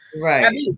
Right